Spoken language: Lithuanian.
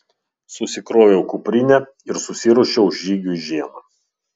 susikroviau kuprinę ir susiruošiau žygiui žiemą